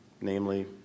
namely